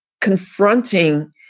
confronting